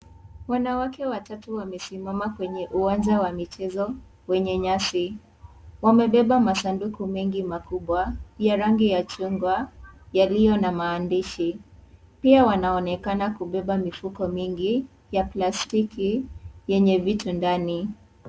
Wanawake watatu wamesimama kwenye uwanja wa michezo wenye nyasi. Wamebeba masanduku mengi makubwa, ya rangi ya chungwa, yaliyo na maandishi. Pia wanaonekana kubeba mifuko mingi, ya plastiki, yenye mifuko ndani.